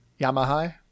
Yamaha